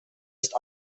ist